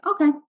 okay